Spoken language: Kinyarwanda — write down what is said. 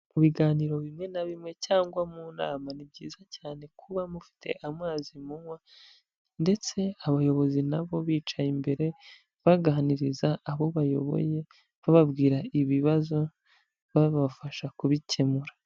Mu biganiro bimwe na bimwe cyangwa mu nama ni byiza cyane kuba mufite amazi munywa ndetse abayobozi na bo bicaye imbere, baganiriza abo bayoboye, bababwira ibibazo, babafasha kubikemura.